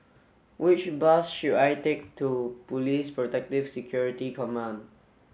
which bus should I take to Police Protective Security Command